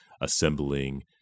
assembling